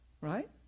right